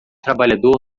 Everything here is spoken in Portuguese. trabalhador